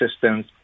systems